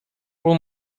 pull